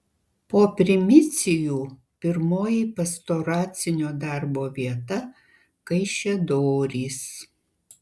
po primicijų pirmoji pastoracinio darbo vieta kaišiadorys